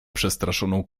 przestraszoną